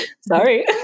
Sorry